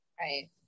right